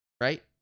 Right